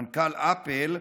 מנכ"ל אפל,